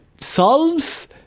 solves